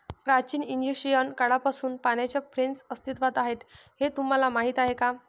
प्राचीन इजिप्शियन काळापासून पाण्याच्या फ्रेम्स अस्तित्वात आहेत हे तुम्हाला माहीत आहे का?